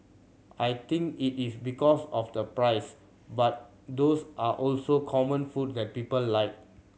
I think it is because of the price but those are also common food that people like